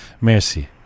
Merci